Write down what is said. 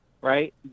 Right